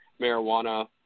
marijuana